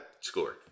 score